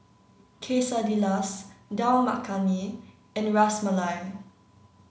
Quesadillas Dal Makhani and Ras Malai